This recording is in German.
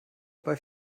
bei